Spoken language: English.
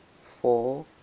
four